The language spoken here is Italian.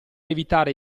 evitare